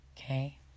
Okay